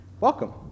Welcome